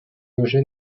auger